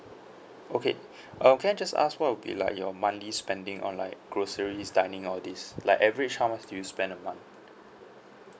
okay um can I just ask what will be like your monthly spending on like groceries dining all these like average how much do you spend a month